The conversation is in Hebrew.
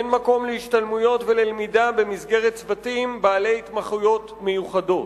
אין מקום להשתלמויות וללמידה במסגרת צוותים בעלי התמחויות מיוחדות.